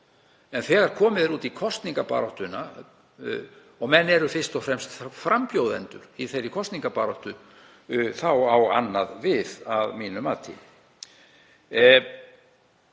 Þegar komið er út í kosningabaráttuna og menn eru fyrst og fremst frambjóðendur í þeirri kosningabaráttu á annað við að mínu mati.